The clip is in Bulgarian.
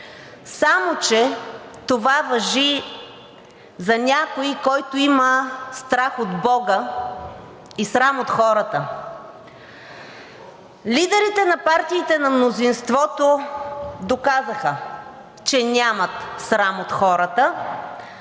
Само че това важи за някой, който има страх от бога и срам от хората. Лидерите на партиите на мнозинството доказаха, че нямат срам от хората,